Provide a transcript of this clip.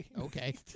Okay